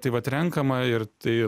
tai vat renkama ir tai